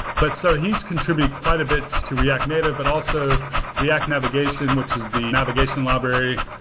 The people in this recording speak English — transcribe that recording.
but so he's contributed quite a bit to react native, but also react navigation, which is the navigation library.